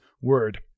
word